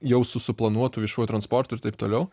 jau su suplanuotu viešuoju transportu ir taip toliau